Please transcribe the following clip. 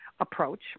approach